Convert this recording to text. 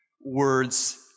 Words